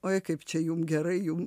oi kaip čia jum gerai jum